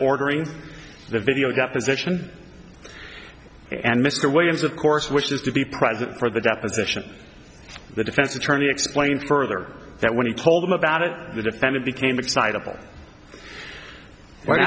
ordering the video deposition and mr williams of course which is to be present for the deposition the defense attorney explained further that when he told them about it the defendant became excitable